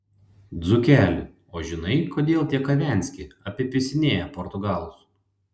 dzūkeli o žinai kodėl tie kavenski apipisinėja portugalus